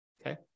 Okay